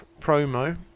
promo